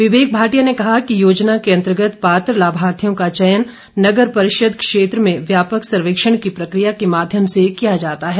विवेक भाटिया ने कहा कि योजना के अंतर्गत पात्र लाभार्थियों का चयन नगर परिषद क्षेत्र में व्यापक सर्वेक्षण की प्रक्रिया के माध्यम से किया जाता है